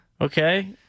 Okay